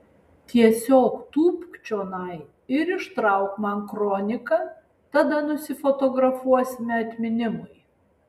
tiesiog tūpk čionai ir ištrauk man kroniką tada nusifotografuosime atminimui